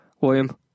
william